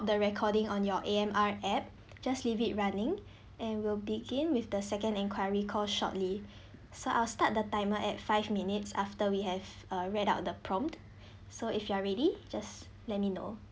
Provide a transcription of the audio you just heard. the recording on your A_M_R app just leave it running and we'll begin with the second inquiry call shortly so I'll start the timer at five minutes after we have uh read out the prompt so if you are ready just let me know